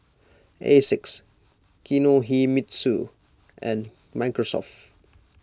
Asics Kinohimitsu and Microsoft